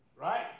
Right